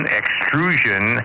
extrusion